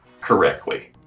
correctly